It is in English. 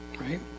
right